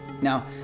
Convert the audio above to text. Now